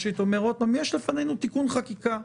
יש לפנינו תיקון חקיקה,